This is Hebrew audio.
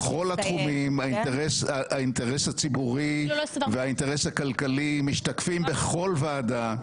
בכל התחומים האינטרס הציבורי והאינטרס הכלכלי משתקפים בכל ועדה,